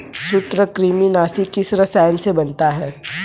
सूत्रकृमिनाशी किस रसायन से बनता है?